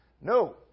No